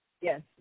Yes